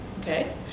okay